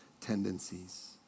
tendencies